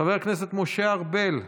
חבר הכנסת משה ארבל,